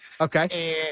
Okay